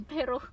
Pero